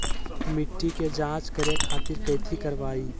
मिट्टी के जाँच करे खातिर कैथी करवाई?